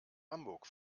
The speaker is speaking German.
hamburg